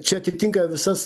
čia atitinka visas